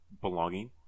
belonging